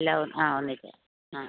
എല്ലാം ആ ഒന്നിച്ചാണ് ആ